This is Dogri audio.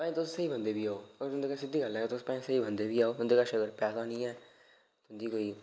भाएं तुस स्हेई बंदे बी होवो भाएं तुं'दे कोल सिद्धी गल्ल ऐ तुस भाएं स्हेई बंदे बी है ओ तुं'दे कश अगर पैसा नेईं ऐ तुं'दी कोई